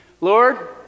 Lord